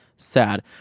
sad